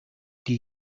die